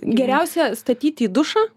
geriausia statyt į dušą